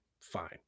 Fine